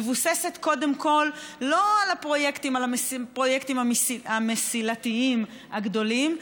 מבוססת קודם כול לא על הפרויקטים המסילתיים הגדולים,